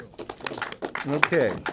Okay